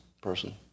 person